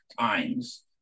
times